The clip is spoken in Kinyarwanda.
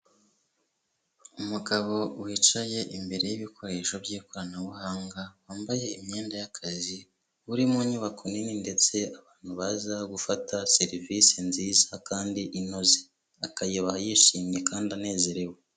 Umugabo wicaye imbere y'ibikoresho by'ikoranabuhanga, wambaye imyenda y'akazi, uri mu nyubako nini ndetse abantu baza gufata serivisi nziza kandi inoze, akayibaha yishimye kandi anezerewe.